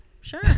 Sure